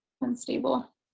unstable